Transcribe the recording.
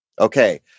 Okay